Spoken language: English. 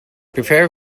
prepare